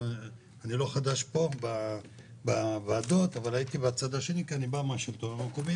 אני לא חדש בוועדות אלא שהייתי בצד השני כי אני בא מהשלטון המקומי